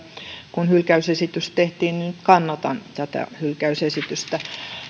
kun hylkäysesitys tehtiin niin kannatan tätä hylkäysesitystä